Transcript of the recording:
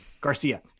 Garcia